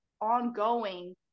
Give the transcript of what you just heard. ongoing